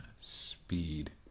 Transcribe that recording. speed